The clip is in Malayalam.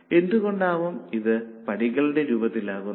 എന്തുകൊണ്ടാവും ഇത് പടികളുടെ രൂപത്തിൽ ആകുന്നത്